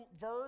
verb